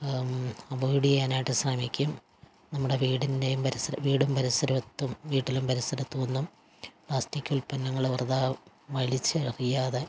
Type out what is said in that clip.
avoid ചെയ്യാനായിട്ടു ശ്രമിക്കും നമ്മുടെ വീടിൻ്റെയും പരിസരം വീടും പരിസരത്തും വീട്ടിലും പരിസരത്തുമൊന്നും പ്ലാസ്റ്റിക്ക് ഉൽപ്പന്നങ്ങളോ വെറുതെ വലിച്ചെറിയാതെ